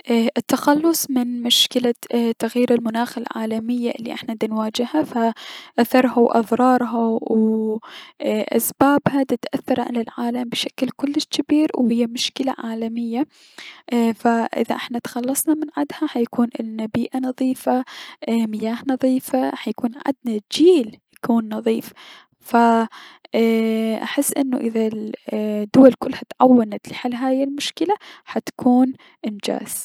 اي التخلص من اي مشكلة تغيير المناخ العالمية الي احنا دنواجهها، فاثرها و اضرارها و اي- اسبابها دتأثر على العالم بشكل كلش جبير و هي مشكلة عالكية، فأذا احنا تخلصنا من عدها حيكون النا بيئة نظيفة، اي-مياه نظيفة حيكون عدنا جيل انو يكون نظيف فأحس انو اذا الدول كلها تعونت لحل هذي المشكلة، حتكون انجتز.